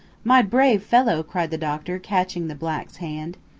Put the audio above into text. my brave fellow! cried the doctor, catching the black's hand.